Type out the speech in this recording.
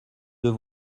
deux